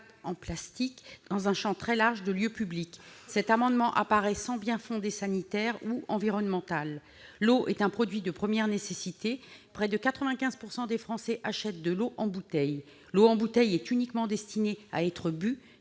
en plastique dans un champ très large de lieux publics. Or cette disposition paraît sans bien-fondé sanitaire ou environnemental. L'eau est un produit de première nécessité : près de 95 % des Français achètent de l'eau en bouteille. L'eau en bouteille est uniquement destinée à être bue,